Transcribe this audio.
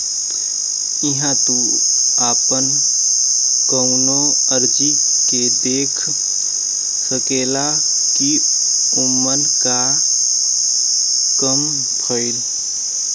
इहां तू आपन कउनो अर्जी के देख सकेला कि ओमन क काम भयल